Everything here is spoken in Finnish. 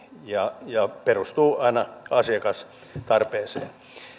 ja ja jotka perustuvat aina asiakastarpeeseen